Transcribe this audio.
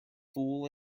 fool